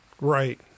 Right